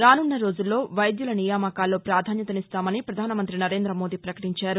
రానున్న రోజుల్లో వైద్యుల నియామకాల్లో పాధాన్యతనిస్తామని పధానమంతి నరేంద మోదీ పకటించారు